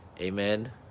Amen